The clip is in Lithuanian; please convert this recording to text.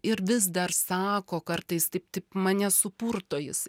ir vis dar sako kartais taip taip mane supurto jis